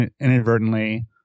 inadvertently